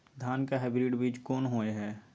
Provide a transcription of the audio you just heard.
धान के हाइब्रिड बीज कोन होय है?